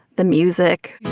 the music